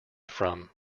from